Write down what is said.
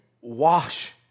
wash